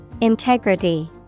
Integrity